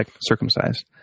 circumcised